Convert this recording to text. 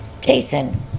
Jason